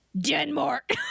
Denmark